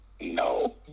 No